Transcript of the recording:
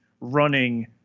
running